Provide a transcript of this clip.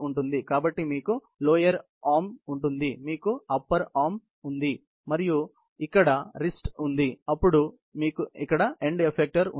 కాబట్టి మీకు దిగువ చేయి ఉంది మీకు పై చేయి ఉంది మరియు మీకు ఇక్కడ మణికట్టు ఉంది అప్పుడు మీకు ఇక్కడ ఎండ్ ఎఫెక్టర్ ఉంది